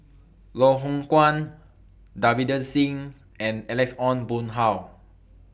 Loh Hoong Kwan Davinder Singh and Alex Ong Boon Hau